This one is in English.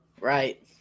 Right